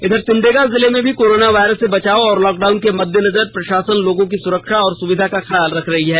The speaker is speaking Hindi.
इधर सिमडेगा जिले में भी कोरोना वायरस से बचाव और लॉकडाउन के मददेनजर प्रषासन लोगों की सुरक्षा और सुविधा का ख्याल रख रही है